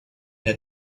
era